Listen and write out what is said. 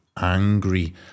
angry